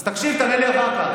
אז תקשיב ותענה לי אחר כך.